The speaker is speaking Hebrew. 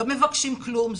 לא מבקשים כלום,